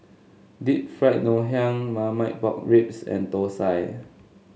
Deep Fried Ngoh Hiang Marmite Pork Ribs and Thosai